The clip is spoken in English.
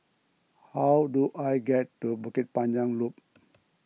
how do I get to Bukit Panjang Loop